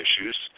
issues